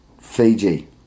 Fiji